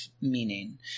meaning